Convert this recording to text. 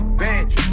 bench